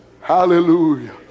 Hallelujah